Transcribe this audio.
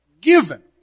given